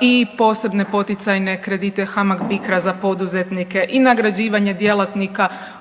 i posebne poticajne kredite HAMAG BIKRA za poduzetnike i nagrađivanje djelatnika